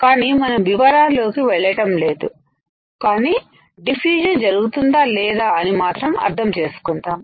కానీ మనం వివరాల్లోకి వెళ్ళటం లేదు కానీ డిఫ్యూషన్ జరుగుతుందా లేదా అని మాత్రం అర్థం చేసుకుందాం